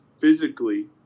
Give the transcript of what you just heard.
physically